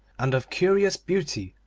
and of curious beauty,